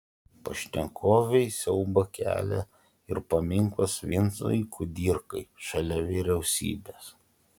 pašnekovei siaubą kelia ir paminklas vincui kudirkai šalia vyriausybės